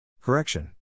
Correction